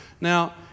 Now